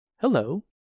hello